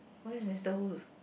what is mister wolf